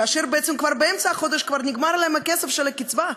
כאשר בעצם כבר באמצע החודש נגמר להם הכסף של הקצבה.